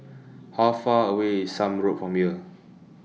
How Far away IS Somme Road from here